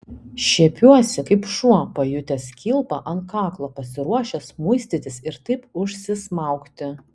šiepiuosi kaip šuo pajutęs kilpą ant kaklo pasiruošęs muistytis ir taip užsismaugti